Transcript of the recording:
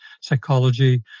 psychology